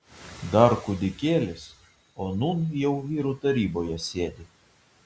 dar kūdikėlis o nūn jau vyrų taryboje sėdi